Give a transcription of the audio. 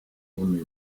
only